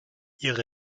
ihre